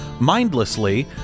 mindlessly